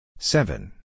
Seven